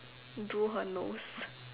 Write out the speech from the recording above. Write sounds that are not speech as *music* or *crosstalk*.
do her nose *noise*